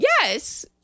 Yes